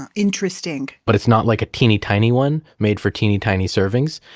and interesting but it's not like a teeny tiny one made for teeny tiny servings,